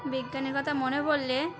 বিজ্ঞানীর কথা মনে পড়লে